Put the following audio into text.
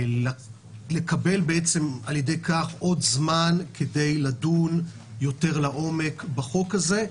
ולקבל על ידי כך עוד זמן כדי לדון יותר לעומק בחוק הזה,